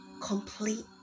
complete